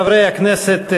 חברי הכנסת,